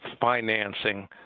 financing